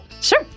Sure